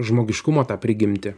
žmogiškumo tą prigimtį